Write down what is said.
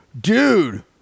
Dude